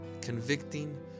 convicting